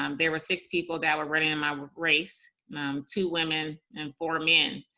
um there were six people that were running in my race two women and four men.